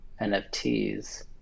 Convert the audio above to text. NFTs